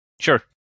Sure